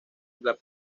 england